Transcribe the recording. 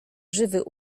żywy